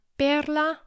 perla